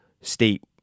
state